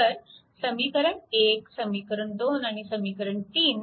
तर समीकरण 1 समीकरण 2 आणि समीकरण 3